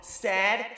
sad